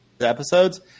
episodes